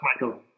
Michael